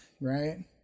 right